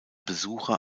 besucher